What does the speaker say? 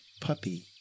puppy